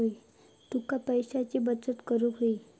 तुका पैशाची बचत करूक हवी